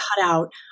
cutout